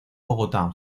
bogotá